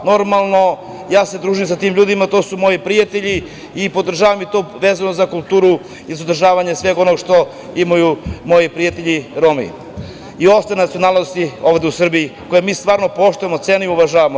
Normalno, ja se družim sa tim ljudima, to su moji prijatelji i podržavam to vezano za kulturu i za održavanje svega onoga što imaju moji prijatelji Romi i ostale nacionalnosti ovde u Srbiji, koje mi stvarno poštujemo, cenimo i podržavamo.